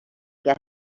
get